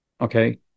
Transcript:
Okay